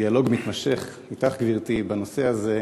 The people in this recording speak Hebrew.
דיאלוג מתמשך אתך, גברתי, בנושא הזה,